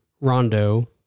Rondo